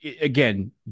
again